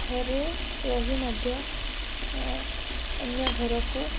ଘରେ ରହି ମଧ୍ୟ ଅନ୍ୟ ଘରକୁ